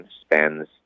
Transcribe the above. spends